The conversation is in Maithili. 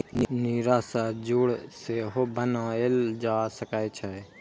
नीरा सं गुड़ सेहो बनाएल जा सकै छै